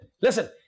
listen